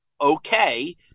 okay